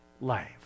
life